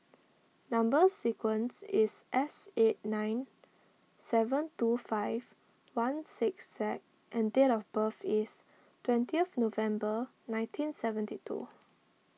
Number Sequence is S eight nine seven two five one six Z and date of birth is twenty November nineteen seventy two